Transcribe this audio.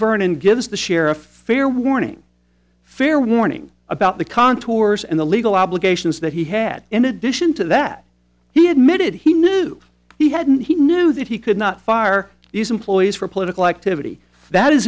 vernon gives the sheriff fair warning fair warning about the contours and the legal obligations that he had in addition to that he admitted he knew he hadn't he knew that he could not fire these employees for political activity that is